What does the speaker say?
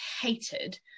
hated